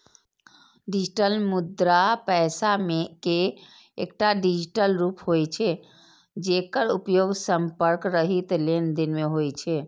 digital मुद्रा पैसा के एकटा डिजिटल रूप होइ छै, जेकर उपयोग संपर्क रहित लेनदेन मे होइ छै